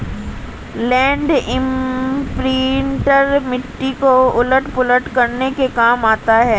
land imprinter मिट्टी को उलट पुलट करने के काम आता है